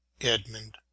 Edmund